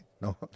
No